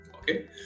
Okay